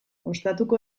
ostatuko